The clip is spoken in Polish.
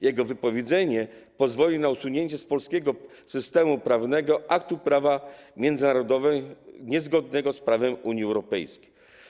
Jego wypowiedzenie pozwoli na usunięcie z polskiego systemu prawnego aktu prawa międzynarodowego niezgodnego z prawem Unii Europejskiej.